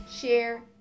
share